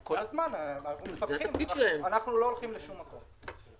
אנחנו מפקחים, אנחנו לא הולכים לשום מקום.